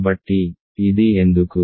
కాబట్టి ఇది ఎందుకు